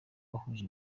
abahuje